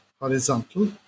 horizontal